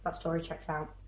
ah story checks out.